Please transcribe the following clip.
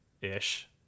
ish